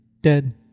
dead